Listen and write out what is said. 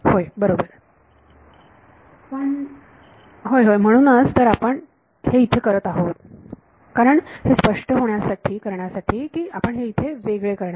विद्यार्थी पण होय होय म्हणूनच तर आपण हे इथे करत आहोत होय करण हे स्पष्ट करण्यासाठी की आपण हे इथे वेगळे करण्यासाठी